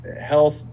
health